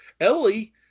Ellie